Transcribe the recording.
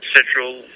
Central